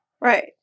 Right